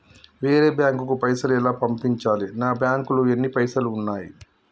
వేరే బ్యాంకుకు పైసలు ఎలా పంపించాలి? నా బ్యాంకులో ఎన్ని పైసలు ఉన్నాయి?